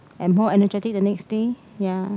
and more energetic the next day